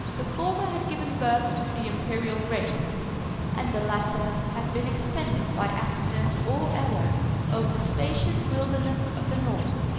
the former had given birth to the imperial race and the latter has been extended by accident or error over the spacious wilderness of the north.